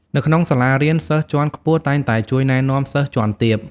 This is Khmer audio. នៅក្នុងសាលារៀន សិស្សជាន់ខ្ពស់តែងតែជួយណែនាំសិស្សជាន់ទាប។